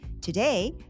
Today